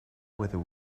whether